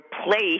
replace